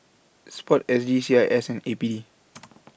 Sport S G C I S and A P D